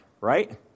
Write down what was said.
right